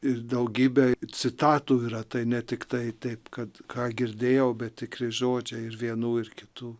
ir daugybė citatų yra tai ne tiktai taip kad ką girdėjau bet tikri žodžiai ir vienų ir kitų